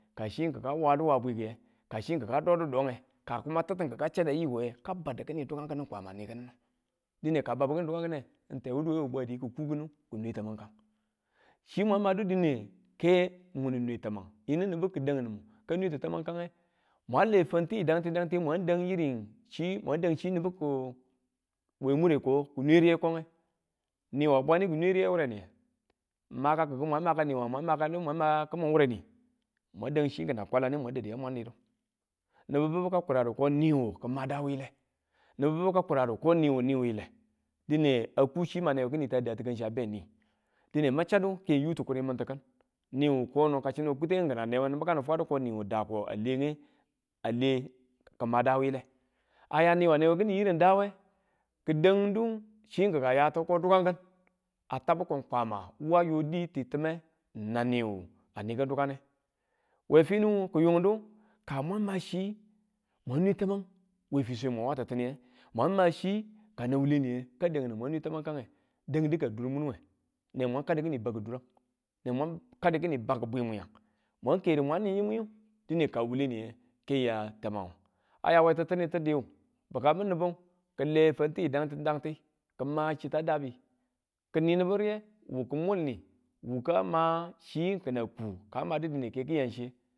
Ka chi kika waduwa a bwikiye, ka chi ki̱nka dodudonge ka kuma titu kika chada yikonge ka badu kini dukan kini kwama nikinimu, dine ka babi kini duka kine Tewuduye bwadi ki kukinu kinu kinwe tamang kangu, chi mwang madu dine ke munin nwe tamang yinu nibu ki da̱n nimun ka nweti tamankange mwang le fantiyu dangiti dangiti mwang dang irin chi mwang dang chi nibu ki mure ka ki nwe riyekonge ni wa bwane kine riye wureniye makakiku mwang maka niwang mwan makakinu mwang nikin wureni, mwan dang chi kina kwalane mwan dadu ya mwan nidu nibu bibu ka kuradu ko niwu kima daa wuyile nibu bibu karadu ko niwu niwu ni wuyile, dine a ku chi mina newe ki̱netu a da ti̱kanchi a be ni, dine machadu ke yu ti̱kuri mun tiki̱n niyu kono kachino kuteng kina newe nibu kanu fadu ko niwu daa ko a lenge ale kima daa wuyile a ya niwa newe kinin irin daa we ki dandu chi kina yawetu ko dukan ki̱n a tab kong Kwama wa yo diye n ti ti̱me nang niyu ki niki̱n dukane, we finiyu ku yundu ka mun ma chi mwa nwe tamang we fiswe mo wa ti̱tuye, mwan ma chi kanang wule niye ka dang ni mu nwe tamange dandu ka durminu, we dine mwan kadi kini bakki durang nwe mwan kadi kini bakki bwiyang mwan ke du mwan ni yimwing dine ka wule niye ke ya tamang aya we ti̱tttinitu diyu, bikang nibu ki le fanti dangti dangti kima chita dabi kini nibu riye wu mulni wuka ma chi kina ku ka ka madu dine ke yang chiye.